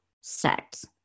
sex